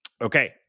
Okay